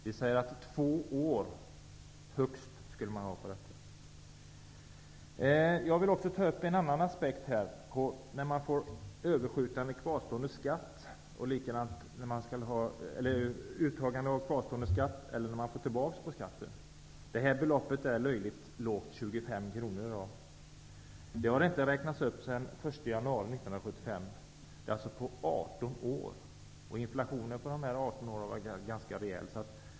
Vi säger att man skall kunna gå högst två år tillbaka. Jag vill också ta upp en annan aspekt, nämligen uttagande av kvarstående skatt eller utbetalning av överskjutande skatt. Beloppet 25 kr, som i dag är gränsen, är löjligt lågt. Det har inte räknats upp sedan den 1 januari 1975. Det är alltså 18 år, och inflationen har varit ganska rejäl under dessa 18 år.